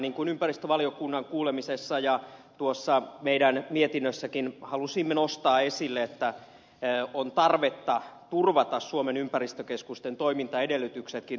niin kuin ympäristövaliokunnan kuulemisessa ja mietinnössäkin halusimme nostaa esille on tarvetta turvata suomen ympäristökeskusten toimintaedellytykset tulevaisuudessakin